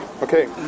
Okay